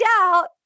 out